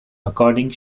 according